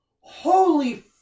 holy